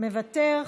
מוותר,